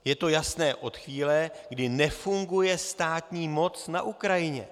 Je to jasné od chvíle, kdy nefunguje státní moc na Ukrajině.